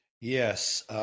Yes